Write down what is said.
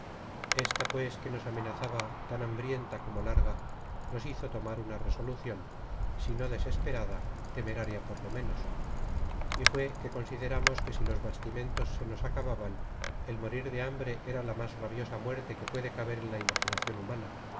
esta pues que nos amenazaba tan hambrienta como larga nos hizo tomar una resolucion si no desesperada temeraria por lo menos y fué que consideramos que si los bastimentos se nos acababan el morir de hambre era la más rabiosa muerte que puede caber en la imaginacion humana